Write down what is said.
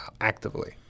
actively